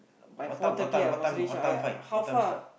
by four thirty I must reach I I how far